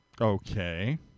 Okay